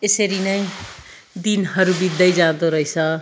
यसरी नै दिनहरू बित्दै जाँदो रहेछ